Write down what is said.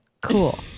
Cool